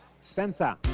Spencer